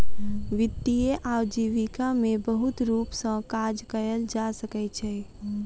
वित्तीय आजीविका में बहुत रूप सॅ काज कयल जा सकै छै